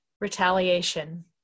retaliation